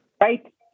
right